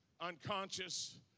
unconscious